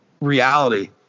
reality